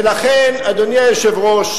ולכן, אדוני היושב-ראש,